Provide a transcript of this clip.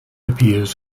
appears